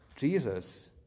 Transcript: Jesus